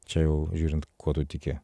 čia jau žiūrint kuo tu tiki